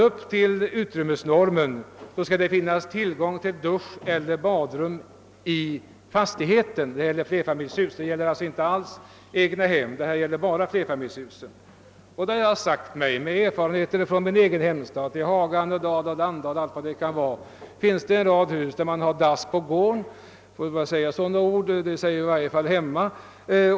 Utrymmesnormen innebär tillgång till dusch eller badrum i fastigheten — detta dock endast i flerfamiljshus; det gäller alltså inte alls egnahem. Då har jag sagt mig, med de erfarenheter jag har från min egen hemstad — från t.ex. Haga, Annedal, Landala — att det ju finns en del hus som har dass på gården. — Får man yttra sådana ord? Så säger vi i varje fall hemma.